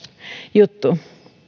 juttu